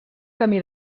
camí